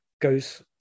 goes